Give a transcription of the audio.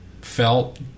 felt